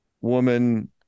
woman